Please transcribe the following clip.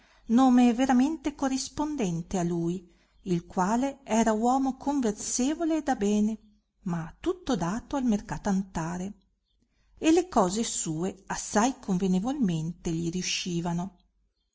nome veramente corrispondente a lui il quale era uomo conversevole e da bene ma tutto dato al mercatantare e le cose sue assai convenevolmente gli riuscivano